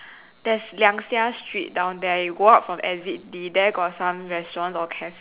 there is liang seah street down there you go out from exit D there got some restaurants or cafe